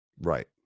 Right